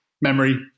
memory